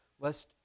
lest